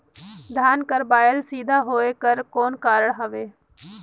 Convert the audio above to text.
धान कर बायल सीधा होयक कर कौन कारण हवे?